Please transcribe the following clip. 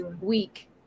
week